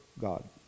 God